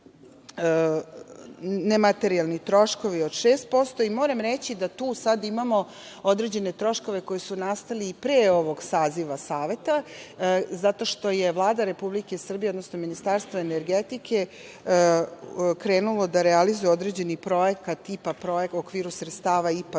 nematerijalni troškovi od 6%. Moram reći da tu sad imamo određene troškove koji su nastali i pre ovog saziva Saveta, zato što je Vlada Republike Srbije, odnosno Ministarstvo energetike krenulo da realizuje određeni projekt u okviru sredstava IPA